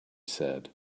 said